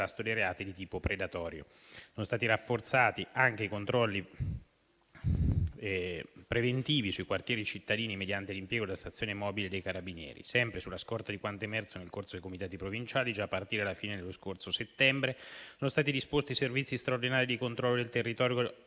contrasto dei reati di tipo predatorio. Sono stati rafforzati anche i controlli preventivi sui quartieri cittadini, mediante l'impiego della stazione mobile dei Carabinieri. Sempre sulla scorta di quanto emerso nel corso dei comitati provinciali, già a partire dalla fine dello scorso settembre sono stati disposti servizi straordinari di controllo del territorio